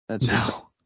No